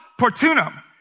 portunum